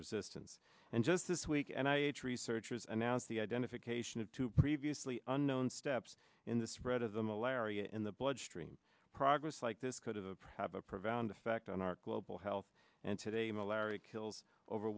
resistance and just this week and i each researchers announce the identification of two previously unknown steps in the spread of the malaria in the bloodstream progress like this could have a private prevent effect on our global health and today malaria kills over